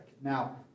Now